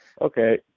Okay